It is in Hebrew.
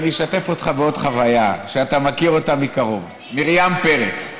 אני אשתף אותך בעוד חוויה שאתה מכיר אותה מקרוב: מרים פרץ,